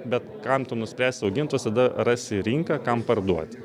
bet kam tu nuspręsi augint visada rasi rinką kam parduoti